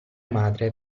madre